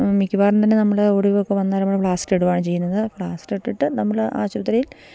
മിക്കവാറും തന്നെ നമ്മള് ഒടിവൊക്കെ വന്നാല് നമ്മള് പ്ലാസ്റ്ററിടുകയാണ് ചെയ്യുന്നത് പ്ലാസ്റ്ററിട്ടിട്ട് നമ്മള് ആശുപത്രിയിൽ